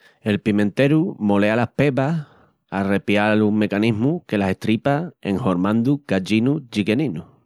El pimenteru molea las pebas al repial un mecanismu que las estripas enhormandu cachinus chiqueninus.